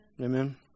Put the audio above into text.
Amen